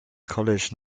college